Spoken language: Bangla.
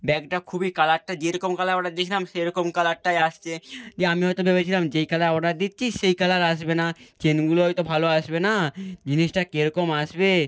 ব্যাগটা খুবই কালারটা যেরকম কালার অর্ডার দিয়েছিলাম সেরকম কালারটাই আসছে দিয়ে আমি হয়তো ভেবেছিলাম যেই কালার অর্ডার দিচ্ছি সেই কালার আসবে না চেনগুলো হয়তো ভালো আসবে না জিনিসটা কীরকম আসবে